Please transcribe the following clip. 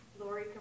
Lori